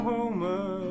Homer